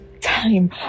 time